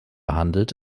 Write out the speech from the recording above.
handelt